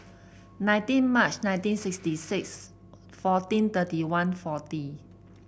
nineteen March nineteen sixty six fourteen thirty one forty